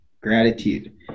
Gratitude